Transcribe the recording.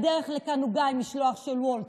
בדרך לכאן עוגה במשלוח של "וולט".